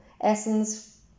essence